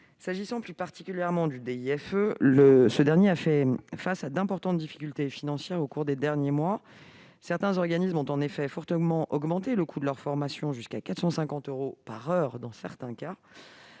S'agissant plus particulièrement du DIFE, ce dernier a fait face à d'importantes difficultés financières au cours des derniers mois. Certains organismes ont en effet fortement augmenté le coût de leurs formations, jusqu'à 450 euros par heure dans certains cas.